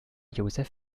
joseph